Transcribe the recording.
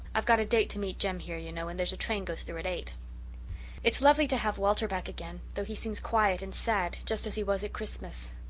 i've got a date to meet jem here, you know, and there's a train goes through at eight it's lovely to have walter back again though he seems quiet and sad, just as he was at christmas.